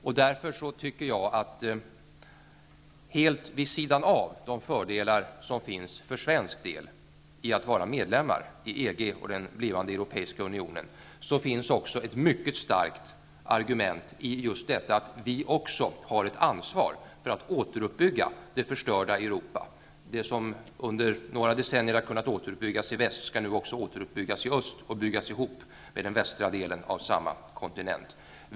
Jag menar därför att det helt vid sidan av de fördelar som finns för svensk del i att Sverige är medlem i EG och i den blivande europeiska unionen finns ett mycket starkt argument i att vi också har ett ansvar för återuppbyggandet av det förstörda Europa. Det som under några decennier har kunnat återuppbyggas i väst skall nu också återuppbyggas i öst och byggas ihop med den västra delen av samma kontinent.